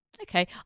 Okay